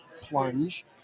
plunge